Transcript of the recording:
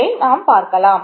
அதை பார்க்கலாம்